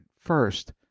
First